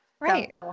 Right